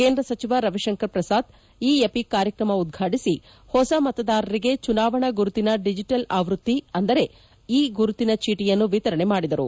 ಕೇಂದ್ರ ಸಚಿವ Ravi Shankar Prasad e EPIC ಕಾರ್ಯಕ್ರಮ ಉದ್ಪಾಟಿಸಿ ಹೊಸ ಮತದಾರರಿಗೆ ಚುನಾವಣಾ ಗುರುತಿನ ದಿಜಿಟಲ್ ಆವೃತ್ತಿ ಅಂದರೆ ಇ ಗುರುತಿನ ಚೀಟಿಯನ್ನು ವಿತರಣೆ ಮಾಡಿದರು